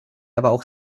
aber